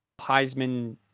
Heisman